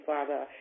Father